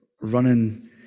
running